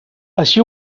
així